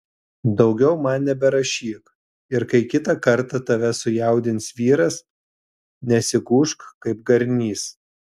daugiau man neberašyk ir kai kitą kartą tave sujaudins vyras nesigūžk kaip garnys